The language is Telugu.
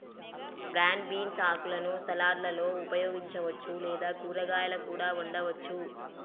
బ్రాడ్ బీన్స్ ఆకులను సలాడ్లలో ఉపయోగించవచ్చు లేదా కూరగాయాలా కూడా వండవచ్చు